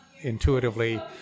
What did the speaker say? intuitively